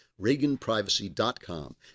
reaganprivacy.com